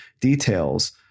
details